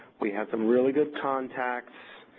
we had some really good contacts,